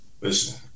Listen